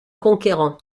conquérant